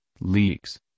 leaks